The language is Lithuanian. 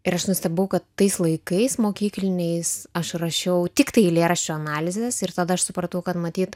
ir aš nustebau kad tais laikais mokykliniais aš rašiau tiktai eilėraščio analizes ir tada aš supratau kad matyt